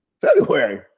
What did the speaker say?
February